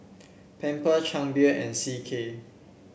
Pampers Chang Beer and C K